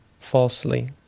falsely